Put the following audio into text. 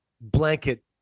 blanket